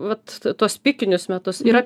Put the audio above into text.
vat tuos pikinius metus yra